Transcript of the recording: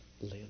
live